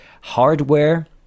hardware